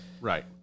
right